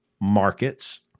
markets